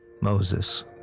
Moses